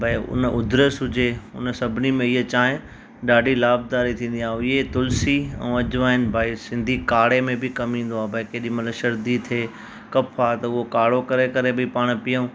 भई उन उदरस हुजे त उन सभिनी में इअ चाहिं ॾाढी लाभदारी थींदी आहे ऐं ये तुलसी ऐं अजवाइन भई सिंधी काढ़े में बि कमु ईंदो आहे भई केॾी महिल शर्दी थे कफ आहे त उहो काढ़ो करे करे बि पाण पीयूं